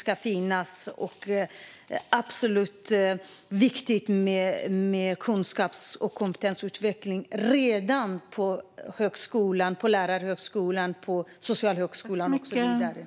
Det är viktigt med kunskaps och kompetensutveckling redan på Lärarhögskolan och Socialhögskolan och så vidare.